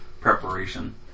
preparation